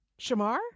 Shamar